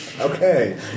Okay